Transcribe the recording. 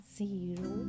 zero